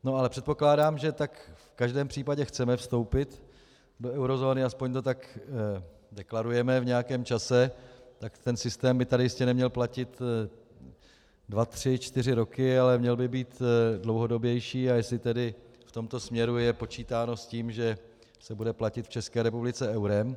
No ale předpokládám, že v každém případě chceme vstoupit do eurozóny, aspoň to tak deklarujeme, v nějakém čase, tak ten systém by tady jistě neměl platit dva, tři, čtyři roky, ale měl by být dlouhodobější, a jestli tedy v tomto směru je počítáno s tím, že se bude platit v České republice eurem.